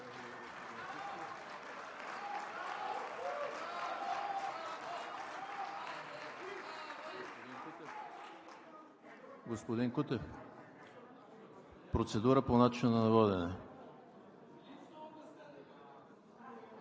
Господин Кутев, процедура по начина на водене